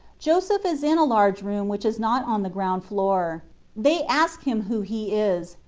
joseph is in a large room which is not on the ground floor they ask him who he is,